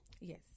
Yes